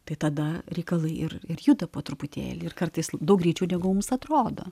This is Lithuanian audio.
tai tada reikalai ir juda po truputėlį ir kartais daug greičiau negu mums atrodo